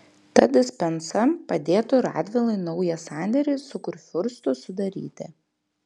ta dispensa padėtų radvilai naują sandėrį su kurfiurstu sudaryti